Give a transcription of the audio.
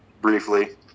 briefly